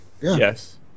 Yes